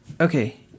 okay